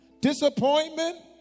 disappointment